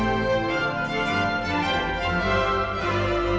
ah